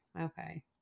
okay